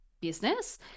business